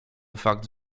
fakt